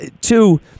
two